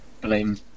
blame